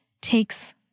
takes